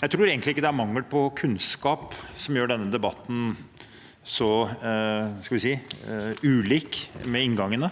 Jeg tror egentlig ikke det er mangel på kunnskap som gjør at denne debatten har så ulike innganger,